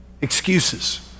Excuses